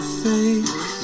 face